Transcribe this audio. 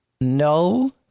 No